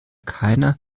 keiner